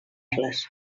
les